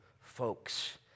folks